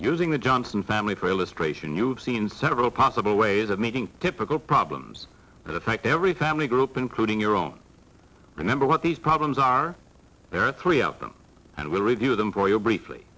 illustration you've seen several possible ways of meeting typical problems that affect every family group including your own remember what these problems are there are three of them and we'll review them for you briefly